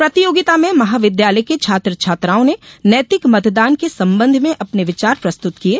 प्रतियोगिता में महाविद्यालय के छात्र छात्राओं ने नैतिक मतदान के संबंध में अपने विचार प्रस्तुत किये